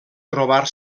trobar